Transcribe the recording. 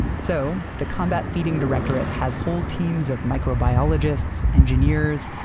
so the combat feeding directorate has whole teams of microbiologists, engineers,